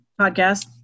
podcast